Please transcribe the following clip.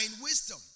wisdom